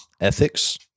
ethics